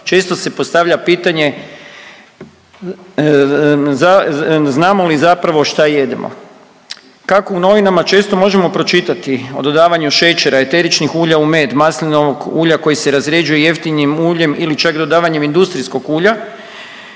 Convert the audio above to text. često se postavlja pitanje znamo li zapravo šta jedemo? Kako u novinama često možemo pročitati o dodavanju šećera i eteričnih ulja u med, maslinovog ulja koji se razrjeđuje jeftinim uljem ili čak dodavanjem industrijskog ulja,